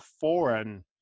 foreign